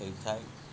ହେଇଥାଏ